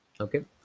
okay